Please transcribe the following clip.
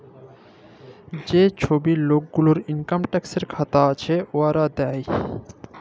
যে ছব লক গুলার ইলকাম ট্যাক্সের খাতা আছে, উয়ারা দেয়